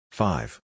Five